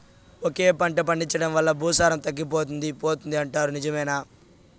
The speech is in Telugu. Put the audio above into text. ఒకే పంట పండించడం వల్ల భూసారం తగ్గిపోతుంది పోతుంది అంటారు నిజమేనా